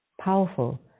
powerful